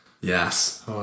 Yes